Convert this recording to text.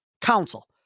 Council